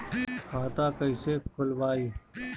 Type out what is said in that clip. खाता कईसे खोलबाइ?